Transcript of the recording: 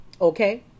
Okay